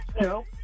No